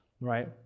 right